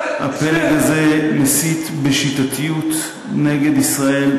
הפלג הזה מסית בשיטתיות נגד ישראל,